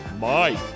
Mike